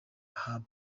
ahabu